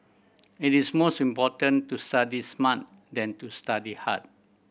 it is most important to study smart than to study hard